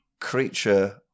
creature